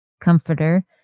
comforter